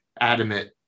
adamant